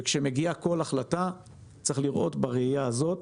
כשמגיעה החלטה, צריך לראות בראייה הזאת.